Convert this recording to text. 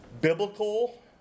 biblical